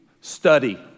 study